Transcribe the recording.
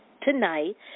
tonight